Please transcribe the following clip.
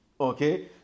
Okay